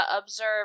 observe